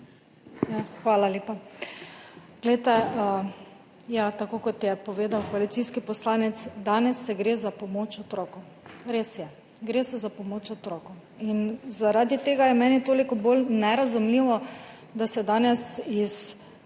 Hvala lepa. Kot je povedal koalicijski poslanec, danes gre za pomoč otrokom. Res je, gre za pomoč otrokom in zaradi tega je meni toliko bolj nerazumljivo, da se danes iz